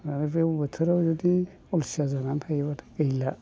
आरो बे बोथोराव जुदि अलसिया जानानै थायोबाथाय गैला